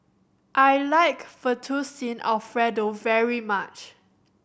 I like Fettuccine Alfredo very much